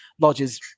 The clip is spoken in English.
lodges